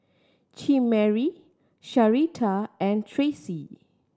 Chimere Sharita and Tracee